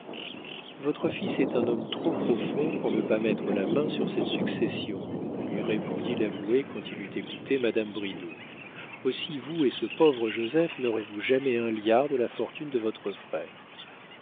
votre fils est un homme trop profond pour ne pas mettre la main sur cette succession lui répondit l'avoué quand il eut écouté madame bridau aussi vous et ce pauvre joseph n'aurez-vous jamais un liard de la fortune de votre frère